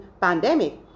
pandemic